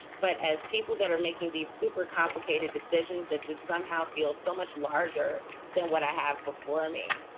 but as people that are making these super complicated decisions, that just somehow feels so much larger than what i have before me.